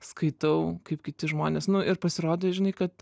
skaitau kaip kiti žmonės nu ir pasirodo žinai kad